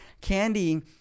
candy